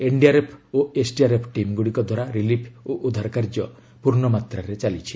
NDRF ଓ SDRF ଟିମ୍ଗୁଡ଼ିକ ଦ୍ୱାରା ରିଲିଫ୍ ଓ ଉଦ୍ଧାର କାର୍ଯ୍ୟ ପୂର୍ଣ୍ଣ ମାତ୍ରାରେ ଚାଲିଛି